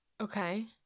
Okay